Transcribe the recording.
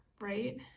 right